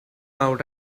out